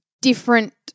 different